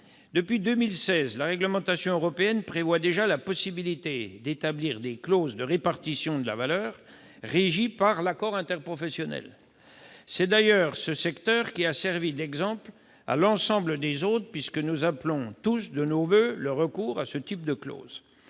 Depuis 2016, la réglementation européenne prévoit déjà la possibilité d'établir des clauses de répartition de la valeur régies par l'accord interprofessionnel. C'est d'ailleurs ce secteur qui a servi d'exemple à l'ensemble des autres, puisque nous appelons tous de nos voeux le recours à des clauses